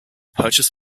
purchased